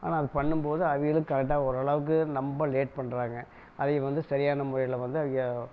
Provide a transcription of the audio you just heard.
ஆனால் அது பண்ணும்போது அவங்களும் கரெக்ட்டாக ஓரளவுக்கு ரொம்ப லேட் பண்ணுறாங்க அதையும் வந்து சரியான முறையில் வந்து அவங்க